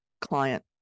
client